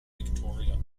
victoria